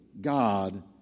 God